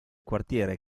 quartiere